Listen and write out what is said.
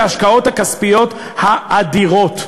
וההשקעות הכספיות אדירות.